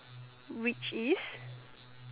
which is